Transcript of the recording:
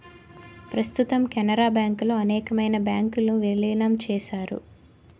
ప్రస్తుతం కెనరా బ్యాంకులో అనేకమైన బ్యాంకు ను విలీనం చేశారు